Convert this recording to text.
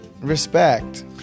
respect